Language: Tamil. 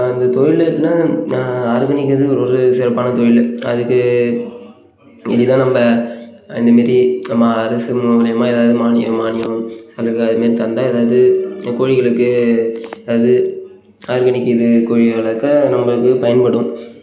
அந்த தொழில் எப்படின்னா ஆர்கானிக்கிறது ஒரு ஒரு சிறப்பான தொழில் அதுக்கு இப்படி தான் நம்ம இந்த மாரி நம்ம அரசு மூலயமா ஏதாவது மானியம் மானியம் சலுகை அது மாரி தந்தால் ஏதாவது நம்ம கோழிகளுக்கு அதாவது ஆர்கானிக் இது கோழி வளர்க்க நம்மளுக்கு பயன்படும்